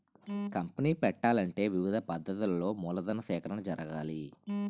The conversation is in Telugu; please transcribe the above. కంపనీ పెట్టాలంటే వివిధ పద్ధతులలో మూలధన సేకరణ జరగాలి